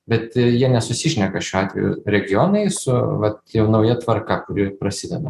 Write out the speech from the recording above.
bet jie nesusišneka šiuo atveju regionai su vat jau nauja tvarka kuri ir prasideda